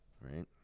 Right